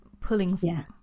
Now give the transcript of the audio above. pulling